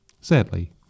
Sadly